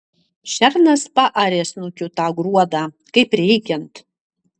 šernas paarė snukiu tą gruodą kaip reikiant